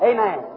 Amen